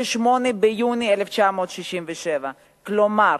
(28 ביוני 1967)". כלומר,